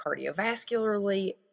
cardiovascularly